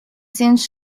since